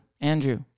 Andrew